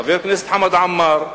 חבר הכנסת חמד עמאר,